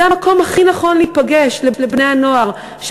זה המקום הכי נכון לבני-הנוער להיפגש,